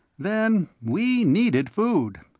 then we needed food.